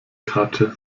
karte